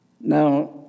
Now